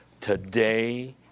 Today